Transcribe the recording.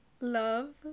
love